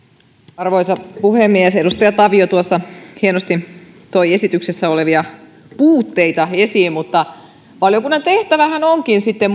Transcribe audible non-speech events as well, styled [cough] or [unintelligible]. arvoisa puhemies edustaja tavio tuossa hienosti toi esityksessä olevia puutteita esiin mutta valiokunnan tehtävähän onkin sitten [unintelligible]